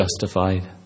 justified